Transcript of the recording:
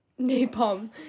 napalm